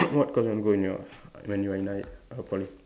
what course you want to go in your when you are in ni~ err poly